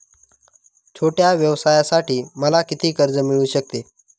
छोट्या व्यवसायासाठी मला किती कर्ज मिळू शकते?